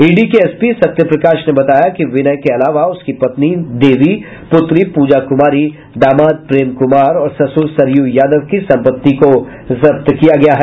ED के SP Satya Prakash ने बताया कि विनय के अलावा उसकी पत्नी देवी पुत्री पूजा कुमारी दामाद प्रेम कुमार और ससुर सरयू यादव की सम्पत्ति को जब्त किया गया है